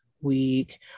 week